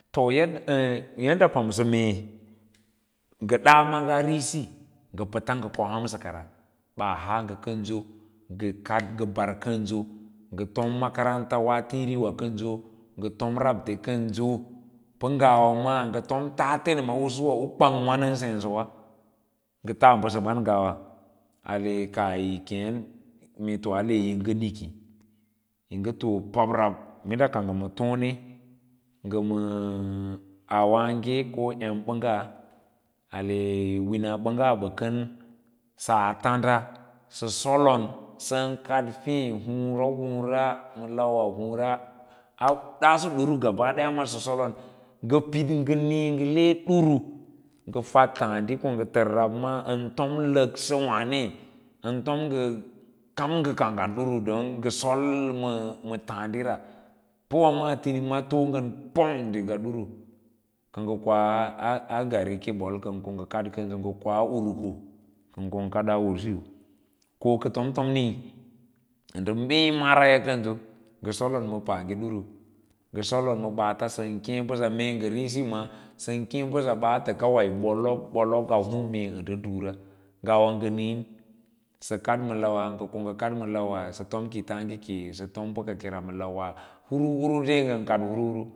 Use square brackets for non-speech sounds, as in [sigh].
To yo [hesitation] yadda pamsa mee nga da maaga risi nga pats nga koa hausa kara baa haa nga kanjo nga kad nga mbar kanjo nga tom makaranta na tiini wa kanjo nga tom rab te kanjo pa ngawa maa nga tom tatan u kwang wa nan sensawa nga tomon ngawa ale kaah yi kee mee to ale yi nga nikii yi nga too pomrob minda ka ng ana tone ga ma auwage ko embang ale wina bangge ba kari saa tura sa solonsan kad fee huta ra huura ma lawa huura a dasso drug aba daya sa solon nga pid nga nii nga le dru nga fad taadi ko nga tar rab ma an to takaa waae an tom nga kam nga kanggan duru nga sol ma taadira pa wa maa tinima too ngang pong diga duru ka nga koa koa urko ka nga ko nga kadaa wr siyo ko ka tomtom nir anda bee maraya kansa nga solon ma pay duru nga solon ma baats sank ee mbasa baata kurur bolok bo lok baa hii mee nda durare ngawa nga niin sa kad ma lawa sa tom kitaage ke a tom ba kakera ma lawa hur hur da inga nkad hur hur.